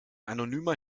anonymer